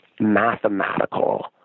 mathematical